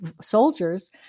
soldiers